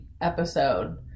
episode